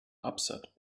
upset